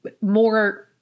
more